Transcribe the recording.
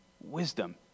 wisdom